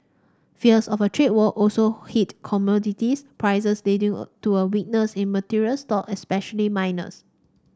fears of a trade war also hit commodities prices leading to a weakness in materials stock especially miners